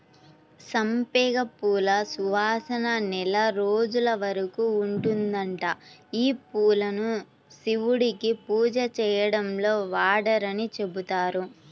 సంపెంగ పూల సువాసన నెల రోజుల వరకు ఉంటదంట, యీ పూలను శివుడికి పూజ చేయడంలో వాడరని చెబుతారు